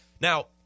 Now